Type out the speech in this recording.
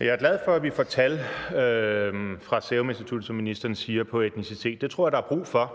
Jeg er glad for, at vi får tal fra Seruminstituttet, som ministeren siger, på etnicitet. Det tror jeg at der er brug for,